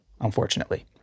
unfortunately